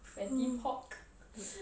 fatty pork